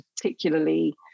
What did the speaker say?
particularly